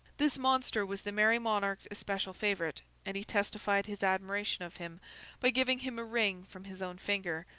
this monster was the merry monarch's especial favourite, and he testified his admiration of him by giving him a ring from his own finger,